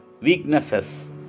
weaknesses